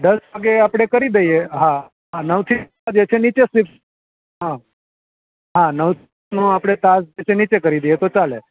દસ વાગ્યે આપણે કરી દઈએ હા નવથી હા હા નવ ક્લાસ નીચે કરી દઇએ તો ચાલે